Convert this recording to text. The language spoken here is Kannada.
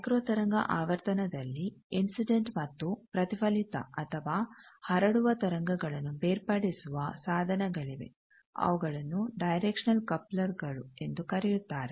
ಮೈಕ್ರೋ ತರಂಗ ಆವರ್ತನದಲ್ಲಿ ಇನ್ಸಿಡೆಂಟ್ ಮತ್ತು ಪ್ರತಿಫಲಿತ ಅಥವಾ ಹರಡುವ ತರಂಗಗಳನ್ನು ಬೇರ್ಪಡಿಸುವ ಸಾಧನಗಳಿವೆ ಅವುಗಳನ್ನು ಡೈರೆಕ್ಷನಲ್ ಕಪ್ಲರ್ ಎಂದು ಕರೆಯುತ್ತಾರೆ